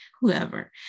whoever